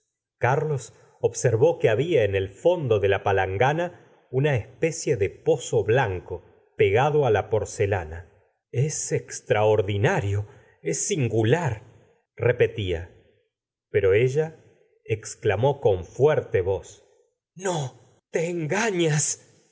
carlos observó que habla en el fondo de la palangana una especie de pozo blanco pegado á la porcelana es extraordinario es singular repetia pero ella exclamó con fuerte v oz n o te engañas